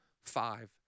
five